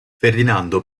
ferdinando